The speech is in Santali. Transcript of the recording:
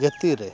ᱡᱟᱹᱛᱤ ᱨᱮ